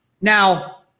Now